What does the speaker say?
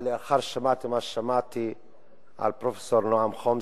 אבל לאחר ששמעתי מה ששמעתי על פרופסור נועם חומסקי,